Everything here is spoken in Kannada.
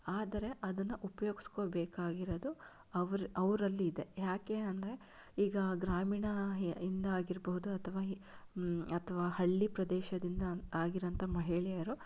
ಆದರೆ ಅದನ್ನು ಉಪಯೋಗಿಸ್ಕೋಬೇಕಾಗಿರುವುದು ಅವರವರಲ್ಲಿ ಇದೆ ಯಾಕೆ ಅಂದರೆ ಈಗ ಗ್ರಾಮೀಣಯಿಂದ ಆಗಿರ್ಬೋದು ಅಥವಾ ಅಥವಾ ಹಳ್ಳಿ ಪ್ರದೇಶದಿಂದ ಆಗಿರೋಂಥ ಮಹಿಳೆಯರು